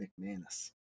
McManus